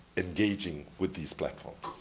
engaging with these platforms,